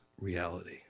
reality